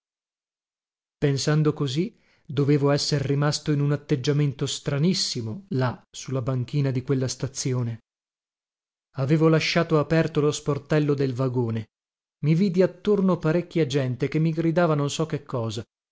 pensando così dovevo esser rimasto in un atteggiamento stranissimo là su la banchina di quella stazione avevo lasciato aperto lo sportello del vagone i vidi attorno parecchia gente che mi gridava non so che cosa